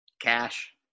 cash